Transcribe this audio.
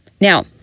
Now